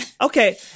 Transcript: Okay